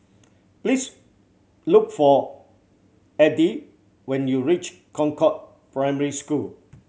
please look for Edythe when you reach Concord Primary School